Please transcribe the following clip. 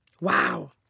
Wow